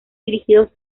dirigidos